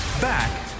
Back